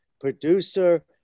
producer